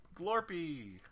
Glorpy